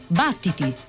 battiti